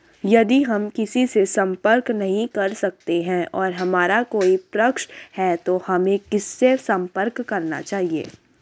यदि हम किसी से संपर्क नहीं कर सकते हैं और हमारा कोई प्रश्न है तो हमें किससे संपर्क करना चाहिए?